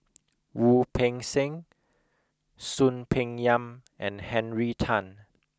Wu Peng Seng Soon Peng Yam and Henry Tan